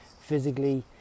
physically